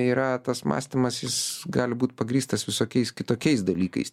yra tas mąstymas jis gali būt pagrįstas visokiais kitokiais dalykais